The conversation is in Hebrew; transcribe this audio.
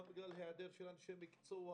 גם בגלל היעדר אנשי מקצוע,